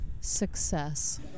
Success